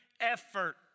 effort